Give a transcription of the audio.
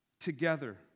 together